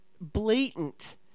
blatant